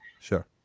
Sure